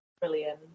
brilliant